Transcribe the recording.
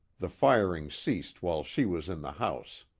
the firing ceased while she was in the house.